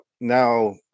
now